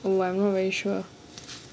well I'm not very sure